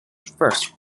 first